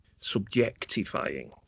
subjectifying